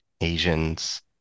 Asians